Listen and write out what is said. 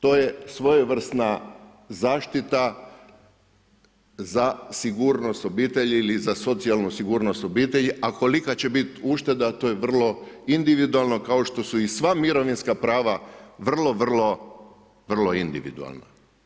To je svojevrsna zaštita za sigurnost obitelji ili za socijalnu sigurnost obitelji, a kolika će bit ušteda, to je vrlo individualno, kao što su i sva mirovinska prava vrlo, vrlo, vrlo individualna.